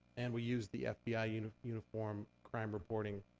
and we used the fbi ah you know uniform crime reporting,